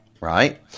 right